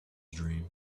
dream